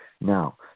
now